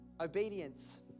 Obedience